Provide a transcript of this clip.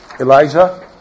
Elijah